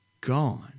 gone